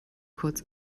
kurz